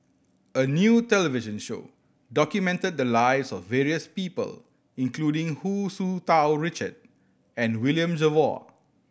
a new television show documented the lives of various people including Hu Tsu Tau Richard and William Jervo